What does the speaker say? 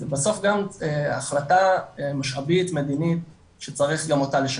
זה בסוף גם החלטה משאבית מדינית שצריך גם אותה לשקם.